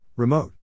Remote